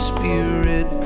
Spirit